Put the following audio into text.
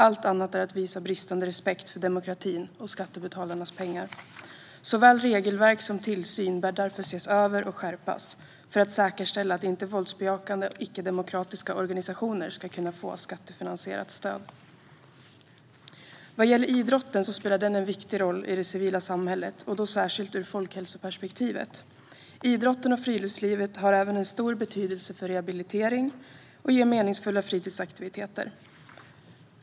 Allt annat är att visa bristande respekt för demokratin och skattebetalarnas pengar. Såväl regelverk som tillsyn bör därför ses över och skärpas för att säkerställa att våldsbejakande och icke-demokratiska organisationer inte ska kunna få skattefinansierat stöd. Vad gäller idrotten spelar den en viktig roll i det civila samhället, särskilt ur folkhälsoperspektivet. Idrotten och friluftslivet har även en stor betydelse för rehabilitering och ger meningsfulla fritidsaktiviteter.